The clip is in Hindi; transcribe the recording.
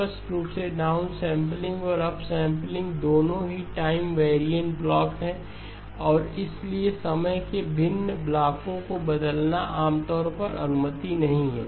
स्पष्ट रूप से डाउन सैंपलिंग और अप सैंपलिंग दोनों ही टाइम वैरिएंट ब्लॉक हैं और इसलिए समय के भिन्न ब्लॉकों को बदलना आम तौर पर अनुमति नहीं है